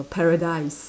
paradise